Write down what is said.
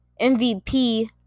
MVP